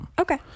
Okay